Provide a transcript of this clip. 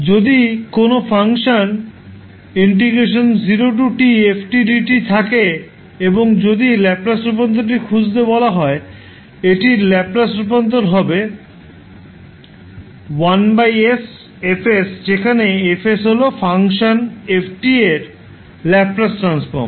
যদি কোনও ফাংশন থাকে এবং যদি ল্যাপ্লাস রূপান্তরটি খুঁজতে বলা হয় এটির ল্যাপলেস রূপান্তর হবে 𝐹 𝑠 যেখানে 𝐹 𝑠 হল ফাংশন 𝑓 𝑡 এর ল্যাপ্লাস ট্রান্সফর্ম